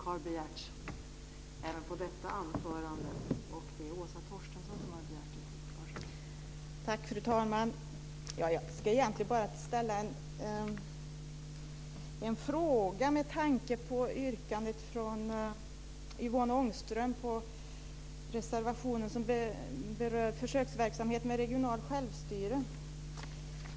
Jag ska egentligen bara ställa en fråga med tanke på bifallsyrkandet från Yvonne Ångström till reservationen som berör försöksverksamhet med regionalt självstyre.